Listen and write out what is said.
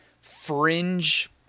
fringe